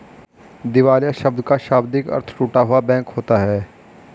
दिवालिया शब्द का शाब्दिक अर्थ टूटा हुआ बैंक होता है